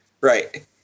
Right